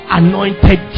anointed